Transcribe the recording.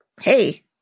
hey